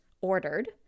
ordered